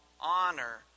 honor